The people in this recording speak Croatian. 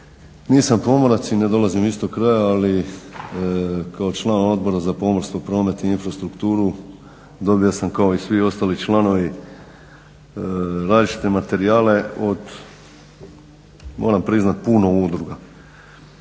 Nisam pomorac i ne dolazim iz toga kraja, ali kao član Odbora za pomorstvo, promet i infrastrukturu dobio sam kao i svi ostali članovi različite materijale od moram priznati puno udruga.